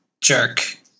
Jerk